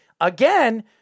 again